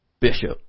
bishop